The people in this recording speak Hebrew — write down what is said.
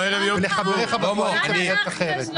ולחבריך בקואליציה בדרך אחרת.